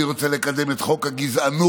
אני רוצה לקדם את חוק הגזענות,